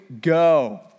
go